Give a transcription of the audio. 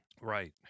Right